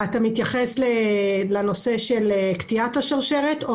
אתה מתייחס לנושא של קטיעת השרשרת?